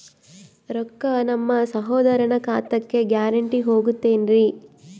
ರೊಕ್ಕ ನಮ್ಮಸಹೋದರನ ಖಾತಕ್ಕ ಗ್ಯಾರಂಟಿ ಹೊಗುತೇನ್ರಿ?